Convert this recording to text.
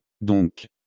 Donc